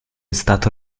stato